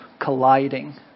colliding